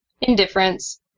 Indifference